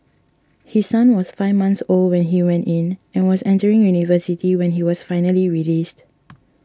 his son was five months old when he went in and was entering university when he was finally released